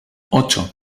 ocho